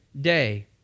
day